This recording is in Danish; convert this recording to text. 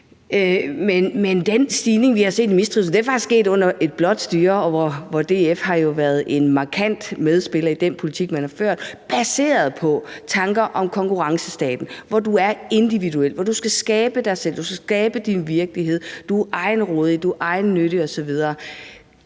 Men den stigning, vi har set i mistrivsel, er faktisk sket under et blåt styre, og hvor DF jo har været en markant medspiller i den politik, man har ført, baseret på tanker om konkurrencestaten, hvor du er individuel, hvor du skal skabe dig selv; du skal skabe din virkelighed; du er egenrådig, du er egennyttig osv.